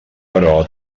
però